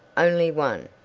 only one.